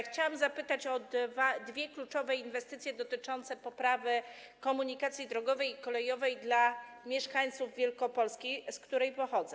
Chciałam zapytać o dwie kluczowe inwestycje dotyczące poprawy komunikacji drogowej i kolejowej dla mieszkańców Wielkopolski, z której pochodzę.